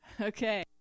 Okay